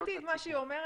הבנתי את מה שהיא אומרת,